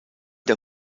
der